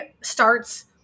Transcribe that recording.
starts